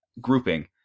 grouping